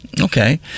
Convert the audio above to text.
Okay